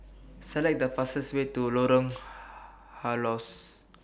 Select The fastest Way to Lorong Halus